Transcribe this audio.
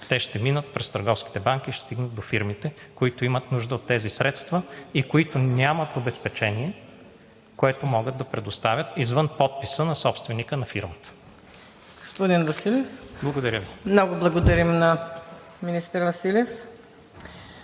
Те ще минат през търговските банки и ще стигнат до фирмите, които имат нужда от тези средства и които нямат обезпечение, което могат да предоставят извън подписа на собственика на фирмата. ПРЕДСЕДАТЕЛ МУКАДДЕС НАЛБАНТ: Господин Василев…